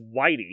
Whitey